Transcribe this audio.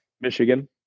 Michigan